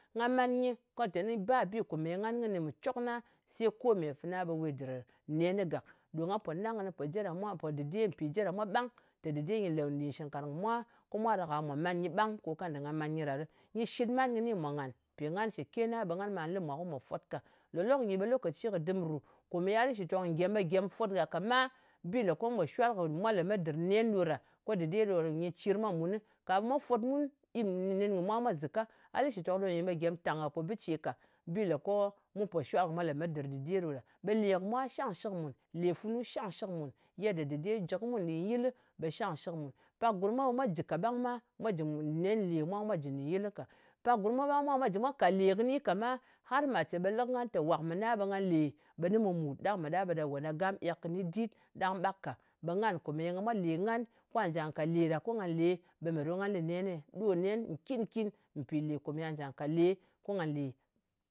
Nga man nyɨ ko teni ba bi bgan kɨnɨ mɨ cokna, se kome fana ɓe we dɨr nenɨ gàk. Ɗa nga po nàng kɨnɨ mpì je ɗa mwa, mpò dide mpì je ɗa mwa ɓang. Tè dɨde nyɨ lè nɗin shɨngnkarng kɨ mwa, ko mwa ɗak-a ɓe mwa man nyɨ ɓang, kò kanda nga man nyɨ ɗa ɗɨ. Nyɨ shit man kɨni mwà ngàn. Mpì ngan shɨkena, ɓe ngan ɓà lɨ mwà ko mwa fwot ka. Lōlok nyi ɓe lokaci kɨ dɨm rù, komeye ya lɨ shitok ngem, ɓe gyem fwot gha ka ma. Bi lè ko mu pò shwal kɨ wa lèmemt dɨr nen ɗo ɗa. Ko dɨde ɗò nyɨ cir mwa mùn. Ka ɓe mwa fwot mun nɨn kɨ mwa mwā zɨka. A lɨ shɨktok ɗi nyi ɓe gyem tàng gha shɨ bɨ ce ka. Bi lè ko nga pò shwal kɨ mwa lemet dɨr dɨde ɗo ɗa. Ɓe lè kɨ mwa shangshɨk mùn. Lè funu shangshɨk mùn. Yedda dɨde jɨ kɨ mun nɗin yɨlɨ ɓe shangshɨk mùn. Pak gurm mwa ɓe mwa jɨ ka ɓang ma. Mpì nen lè mwa ko mwa jɨ nɗin yɨl ka. Pak gurm mwa ɓang ma, ɓe mwa jɨ mwa kàt lè kɨni ka ma. Har màt ce ɓe lɨ kɨ ngan tè, wàk mɨna ɓe nga le ɓe nɨ mu-mùt, ɗang mɨ ɗa ɓe ɗa wòn ɗa gam ek kɨni dit ɗang ɓak ka. Ɓe ngan kòmèye mwa lè ngan kwà nja kà lè ɗa, ko nga le, ɓe mè ɗo nga lɨ nen ne? Ɗo nen nkìn-kin, mpì lè komeye nga jà ka lè ko ngà lè.